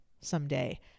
someday